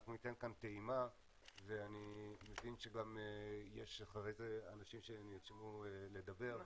אנחנו ניתן כאן טעימה ואני מבין שגם אחרי זה אנשים ירצו לדבר,